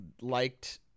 liked